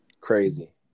Crazy